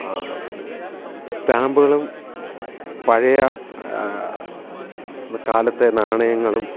സ്റ്റാമ്പുകളും പഴയ കാലത്തെ നാണയങ്ങളും